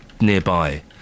nearby